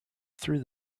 through